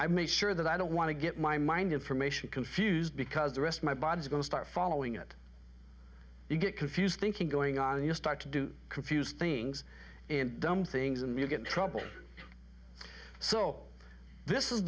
i make sure that i don't want to get my mind information confused because the rest my body is going to start following it you get confused thinking going on and you start to do confused things and dumb things and you get in trouble so this is